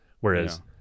Whereas